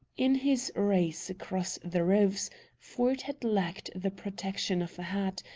in his race across the roofs ford had lacked the protection of a hat,